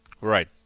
Right